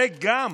וגם